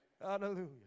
Hallelujah